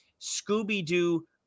scooby-doo